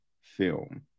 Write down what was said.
film